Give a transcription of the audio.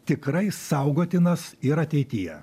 tikrai saugotinas ir ateityje